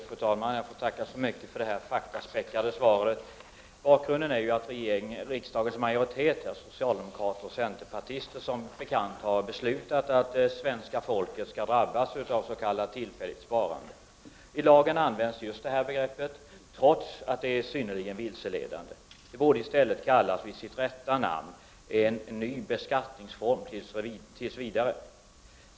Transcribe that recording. Fru talman! Jag får tacka så mycket för detta faktaspäckade svar. Bakgrunden är att riksdagens majoritet, bestående av socialdemokrater och centerpartister, som bekant har beslutat att svenska folket skall drabbas av s.k. tillfälligt sparande. I lagen används just detta begrepp, trots att det är synnerligen vilseledande. Det borde i stället kallas vid sitt rätta namn: en ny beskattningsform.